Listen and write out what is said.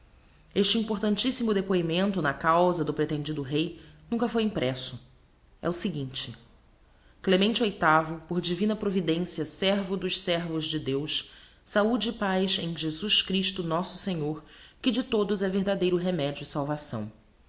este importantissimo depoimento na causa do pretendido rei nunca foi impresso é o seguinte clemente viii por divina providencia servo dos servos de deus saude e paz em jesus christo nosso senhor que de todos é verdadeiro remedio e salvação